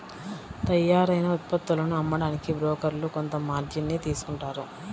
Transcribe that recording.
తయ్యారైన ఉత్పత్తులను అమ్మడానికి బోకర్లు కొంత మార్జిన్ ని తీసుకుంటారు